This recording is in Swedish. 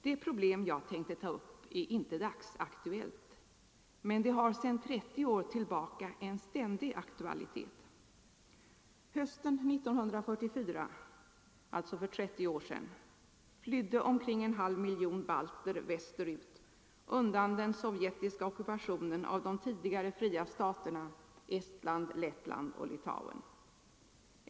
Det problem som jag tänkte ta upp är inte dagsaktuellt — men det har sedan 30 år tillbaka en ständig aktualitet. Hösten 1944 flydde omkring en halv miljon balter västerut undan den sovjetiska ockupationen av de tidigare fria staterna Estland, Lettland och Litauen.